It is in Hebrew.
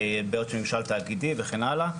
ממשל תאגידי וכן הלאה.